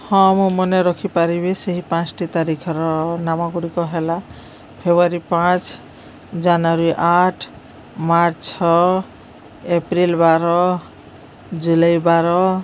ହଁ ମୁଁ ମନେ ରଖିପାରିବି ସେହି ପାଞ୍ଚ୍ଟି ତାରିଖର ନାମ ଗୁଡ଼ିକ ହେଲା ଫେବୃଆରୀ ପାଞ୍ଚ ଜାନୁଆରୀ ଆଠ ମାର୍ଚ୍ଚ ଛଅ ଏପ୍ରିଲ ବାର ଜୁଲାଇ ବାର